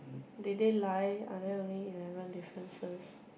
did they lie are there only eleven differences